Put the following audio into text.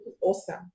awesome